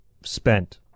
spent